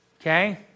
Okay